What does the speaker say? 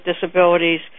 disabilities